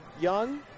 Young